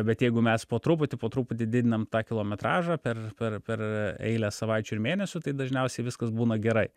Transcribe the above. bet jeigu mes po truputį po truputį didinam tą kilometražą per per per eilę savaičių ir mėnesių tai dažniausiai viskas būna gerai